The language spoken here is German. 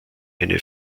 eine